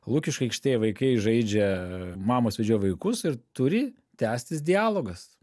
lukiškių aikštėj vaikai žaidžia mamos vedžioja vaikus ir turi tęstis dialogas